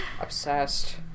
Obsessed